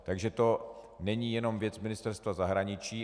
Takže to není jenom věc Ministerstva zahraničí.